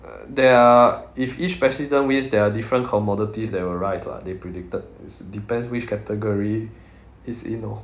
there are if each president wins there are different commodities that will rise lah they predicted it's depends which category it's in orh